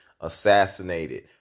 assassinated